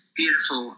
beautiful